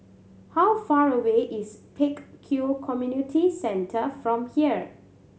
how far away is Pek Kio Community Centre from here